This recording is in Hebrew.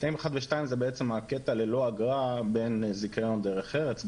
הקטעים 1 ו-2 זה בעצם ללא אגרה בין זכיון דרך ארץ,